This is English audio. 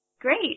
Great